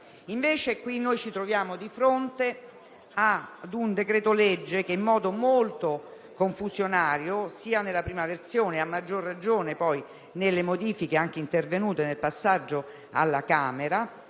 invece, ci troviamo di fronte a un decreto-legge che in modo molto confusionario, sia nella prima versione e a maggior ragione nelle modifiche introdotte durante il passaggio alla Camera,